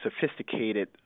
sophisticated